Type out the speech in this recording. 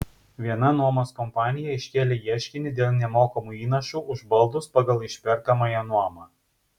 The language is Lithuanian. viena nuomos kompanija iškėlė ieškinį dėl nemokamų įnašų už baldus pagal išperkamąją nuomą